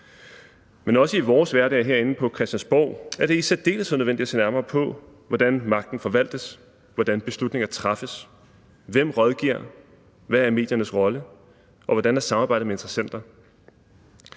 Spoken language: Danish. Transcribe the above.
Men også i vores hverdag herinde på Christiansborg er det i særdeleshed nødvendigt at se nærmere på, hvordan magten forvaltes, hvordan beslutningerne træffes, hvem der rådgiver, hvad mediernes rolle er, og hvordan samarbejdet med interessenter